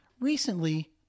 Recently